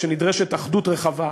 שנדרשת אחדות רחבה,